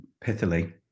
pithily